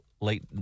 late